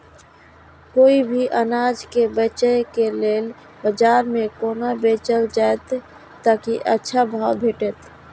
कोय भी अनाज के बेचै के लेल बाजार में कोना बेचल जाएत ताकि अच्छा भाव भेटत?